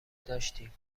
داشتیم